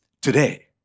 today